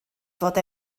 fod